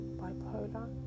bipolar